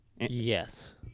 Yes